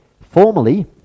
formally